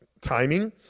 timing